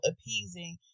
appeasing